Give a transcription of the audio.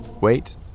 Wait